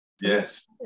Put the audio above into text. Yes